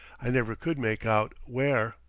i never could make out where.